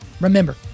Remember